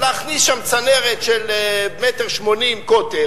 להכניס שם צנרת של 1.80 מטר קוטר.